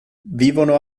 vivono